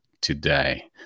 today